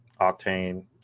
octane